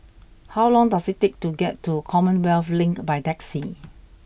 how long does it take to get to Commonwealth Link by taxi